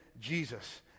Jesus